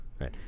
right